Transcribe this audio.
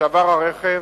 שעבר הרכב